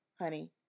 honey